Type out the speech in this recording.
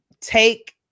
take